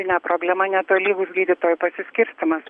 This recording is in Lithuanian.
ne problema netolygus gydytojų pasiskirstymas